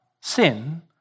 sin